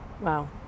Wow